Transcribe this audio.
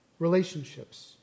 relationships